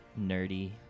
nerdy